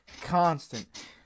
Constant